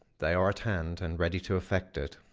they are at hand and ready to effect it.